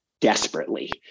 desperately